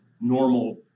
normal